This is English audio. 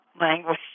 language